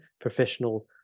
professional